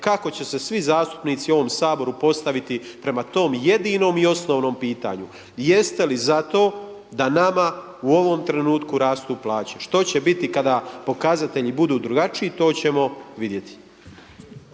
kako će se svi zastupnici u ovom Saboru postaviti prema tom jedinom i osnovnom pitanju, jeste li za to da nama u ovom trenutku rastu plaće? Što će biti kada pokazatelji budu drugačiji, to ćemo vidjeti.